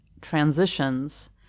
transitions